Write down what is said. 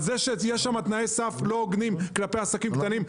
כך שיש שם תנאי סף שהם לא הוגנים כלפי עסקים קטנים.